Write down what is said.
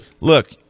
look